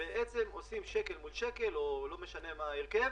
חלק מהעניין היה להבין שהמגזר השלישי זה לא nice to have.